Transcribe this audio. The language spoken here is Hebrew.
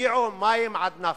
הגיעו מים עד נפש.